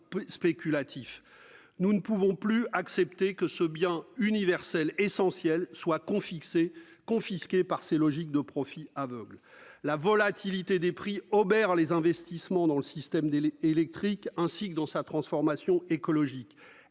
Nous ne pouvons plus accepter que ce bien universel essentiel soit confisqué par des logiques de profit aveugle. La volatilité des prix obère les investissements dans le système électrique, ainsi que ceux nécessaires à la transformation écologique.